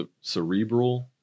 cerebral